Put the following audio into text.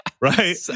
right